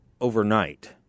overnight